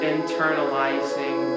Internalizing